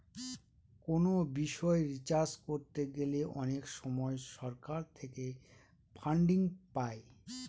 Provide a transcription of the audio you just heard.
কোনো বিষয় রিসার্চ করতে গেলে অনেক সময় সরকার থেকে ফান্ডিং পাই